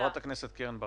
חברת הכנסת קרן ברק.